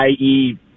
IE